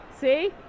See